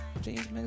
James